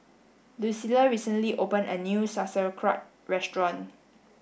Lucile recently opened a new Sauerkraut restaurant